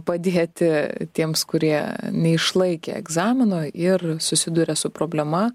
padėti tiems kurie neišlaikė egzamino ir susiduria su problema